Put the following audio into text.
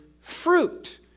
fruit